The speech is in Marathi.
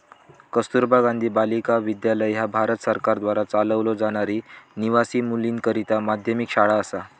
कस्तुरबा गांधी बालिका विद्यालय ह्या भारत सरकारद्वारा चालवलो जाणारी निवासी मुलींकरता माध्यमिक शाळा असा